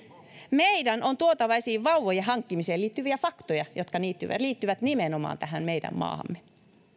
meidän on tuotava esiin vauvojen hankkimiseen liittyviä faktoja jotka liittyvät liittyvät nimenomaan tähän meidän maahamme